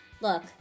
Look